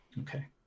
Okay